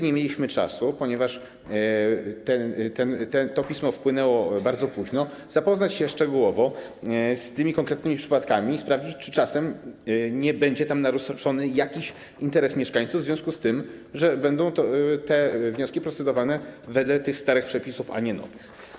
Nie mieliśmy czasu, ponieważ to pismo wpłynęło bardzo późno, aby zapoznać się szczegółowo z tymi konkretnymi przypadkami, sprawdzić, czy czasem nie będzie tam naruszony jakiś interes mieszkańców, jeżeli chodzi o to, że te wnioski będą procedowane wedle tych starych przepisów, a nie nowych.